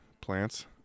Plants